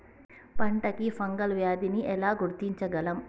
పంట కి ఫంగల్ వ్యాధి ని ఎలా గుర్తించగలం?